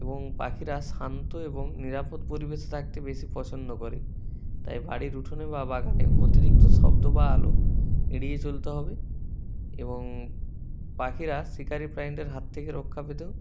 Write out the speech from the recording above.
এবং পাখিরা শান্ত এবং নিরাপদ পরিবেশে থাকতে বেশি পছন্দ করে তাই বাড়ির উঠোনে বা বাগানে অতিরিক্ত শব্দ বা আলো এড়িয়ে চলতে হবে এবং পাখিরা শিকারি প্রাণীদের হাত থেকে রক্ষা পেতেও